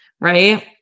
Right